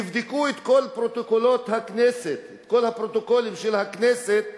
תבדקו את כל הפרוטוקולים של הכנסת,